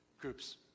groups